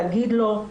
להגיד לו,